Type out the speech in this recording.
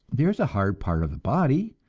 there is a hard part of the body,